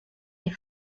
les